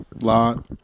lot